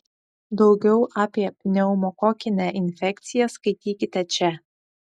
daugiau apie pneumokokinę infekciją skaitykite čia